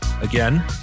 again